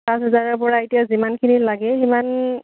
পাঁচ হাজাৰৰ পৰা এতিয়া যিমানখিনি লাগে সিমান